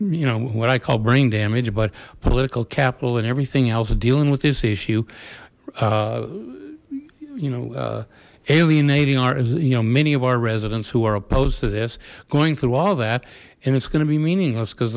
you know what i call brain damage about political capital and everything else is dealing with this issue you know alienating our you know many of our residents who are opposed to this going through all that and it's going to be meaningless because